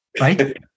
Right